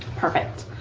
perfect.